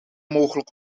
mogelijk